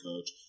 coach